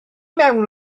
mewn